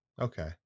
okay